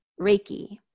Reiki